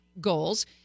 goals